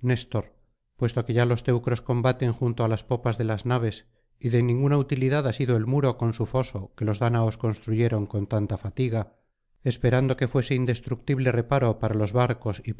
néstor puesto que ya los teucros combaten junto á las popas de las naves y de ninguna utilidad ha sido el muro con su foso que los dáñaos construyeron con tanta fatiga esperando que fuese indestructible reparo para los barcos y